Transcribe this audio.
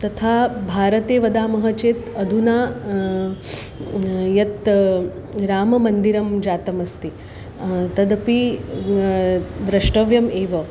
तथा भारते वदामः चेत् अधुना यत् राममन्दिरं जातमस्ति तदपि द्रष्टव्यम् एव